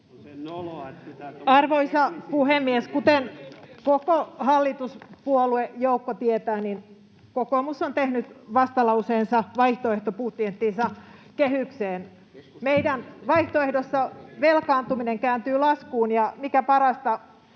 Arvoisa puhemies! Kuten koko hallituspuoluejoukko tietää, kokoomus on tehnyt vastalauseensa vaihtoehtobudjettinsa kehykseen. Meidän vaihtoehdossamme velkaantuminen kääntyy laskuun, ja mikä parasta,